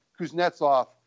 Kuznetsov